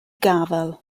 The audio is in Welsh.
gafael